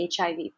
HIV